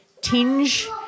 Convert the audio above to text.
tinge